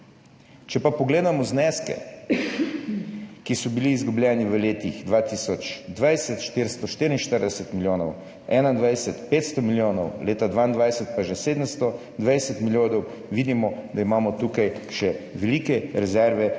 Če pa pogledamo zneske, ki so bili izgubljeni, v letu 2020 444 milijonov, 2021 500 milijonov, leta 2022 pa že 720 milijonov, vidimo, da imamo tukaj še velike rezerve,